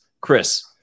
Chris